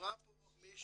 אמרה פה מישהי